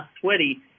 sweaty